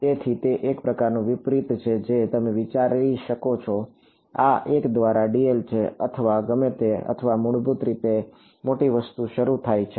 તેથી તે એક પ્રકારનું વિપરીત છે જે તમે વિચારી શકો છો કે આ 1 દ્વારા dl છે અથવા ગમે તે અથવા મૂળભૂત રીતે મોટી વસ્તુથી શરૂ થાય છે